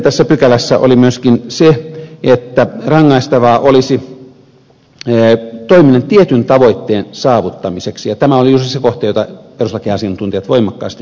tässä pykälässä oli myöskin se että rangaistavaa olisi toimiminen tietyn tavoitteen saavuttamiseksi ja tämä oli juuri se kohta jota perustuslakiasiantuntijat voimakkaasti kritisoivat